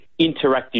interactive